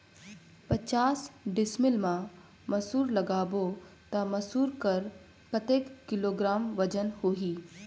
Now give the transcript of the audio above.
पचास डिसमिल मा मसुर लगाबो ता मसुर कर कतेक किलोग्राम वजन होही?